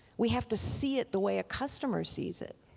we have to see it the way a customer sees it.